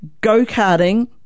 Go-karting